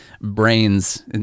brains